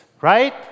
right